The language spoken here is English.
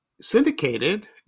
syndicated